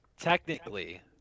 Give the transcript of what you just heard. technically